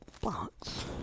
box